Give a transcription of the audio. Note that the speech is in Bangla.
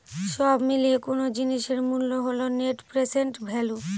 সব মিলিয়ে কোনো জিনিসের মূল্য হল নেট প্রেসেন্ট ভ্যালু